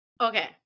Okay